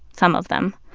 some of them,